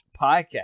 podcast